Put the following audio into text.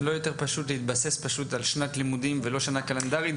לא יותר פשוט להתבסס על שנת לימודים ולא על שנה קלנדרית?